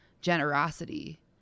generosity